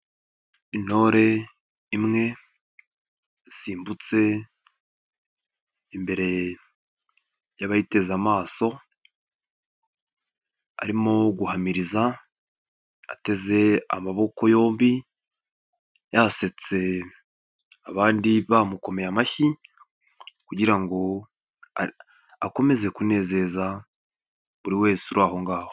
Intore imwe yasimbutse imbere y'abayiteze amaso, arimo guhamiriza ateze amaboko yombi, yasetse, abandi bamukomeye amashyi, kugira ngo akomeze kunezeza buri wese uri aho ngaho.